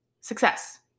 success